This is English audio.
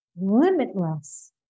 limitless